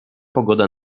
pogoda